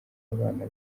abana